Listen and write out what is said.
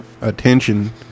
attention